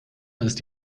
ist